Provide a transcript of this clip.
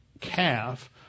calf